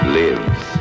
lives